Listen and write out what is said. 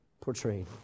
portrayed